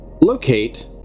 locate